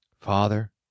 Father